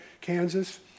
Kansas